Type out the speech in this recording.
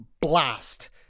blast